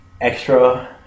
extra